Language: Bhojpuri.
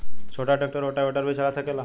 छोटा ट्रेक्टर रोटावेटर भी चला सकेला?